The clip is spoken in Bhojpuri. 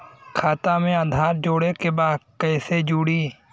खाता में आधार जोड़े के बा कैसे जुड़ी?